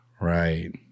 Right